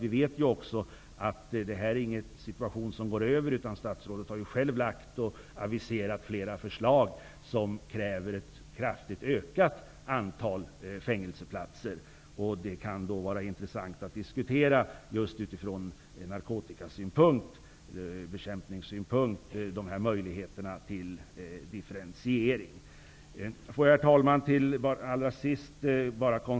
Vi vet ju också att detta inte är en tillfällig situation. Statsrådet har själv aviserat flera förslag till ett kraftigt ökat antal fängelseplatser. Det vore därför intressant att just från narkotikabekämpningssynpunkt diskutera vilka möjligheter till differentiering som det finns. Herr talman!